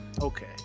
okay